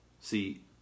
See